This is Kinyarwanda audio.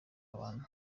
abantu